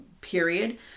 period